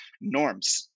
norms